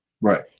Right